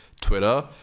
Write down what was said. twitter